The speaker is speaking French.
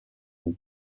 une